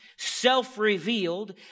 self-revealed